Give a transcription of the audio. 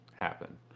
happen